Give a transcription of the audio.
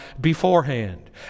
beforehand